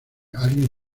alguien